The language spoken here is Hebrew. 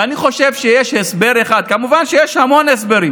ואני חושב שיש הסבר אחד, כמובן שיש המון הסברים,